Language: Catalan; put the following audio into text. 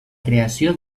creació